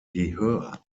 gehör